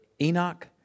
Enoch